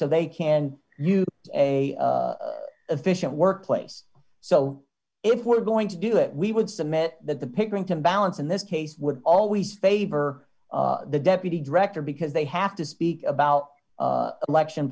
so they can use a efficient workplace so if we're going to do it we would submit that the pickering to balance in this case would always favor the deputy director because they have to speak about election